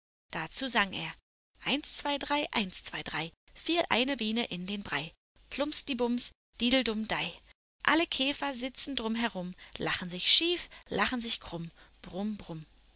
dazu sang er eins zwei drei eins zwei drei fiel eine biene in den brei plumsdibums dideldumdei alle käfer sitzen drum herum lachen sich schief lachen sich krumm brumm brumm